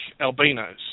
albinos